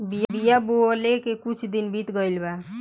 बिया बोवले कुछ दिन बीत गइल बा